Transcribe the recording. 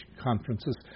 conferences